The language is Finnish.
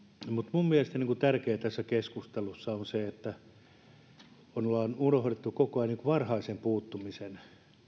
minun mielestäni tärkeää tässä keskustelussa on se että ollaan unohdettu koko ajan varhaisen puuttumisen